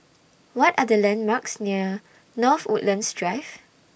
What Are The landmarks near North Woodlands Drive